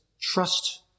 trust